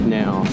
now